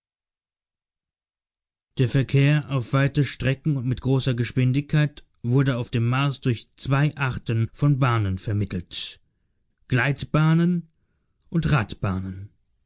der verkehr auf weite strecken und mit großer geschwindigkeit wurde auf dem mars durch zwei arten von bahnen vermittelt gleitbahnen und radbahnen